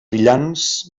brillants